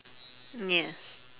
yes